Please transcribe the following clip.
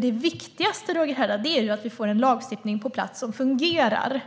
Det viktigaste, Roger Haddad, är ju att vi får en lagstiftning på plats som fungerar.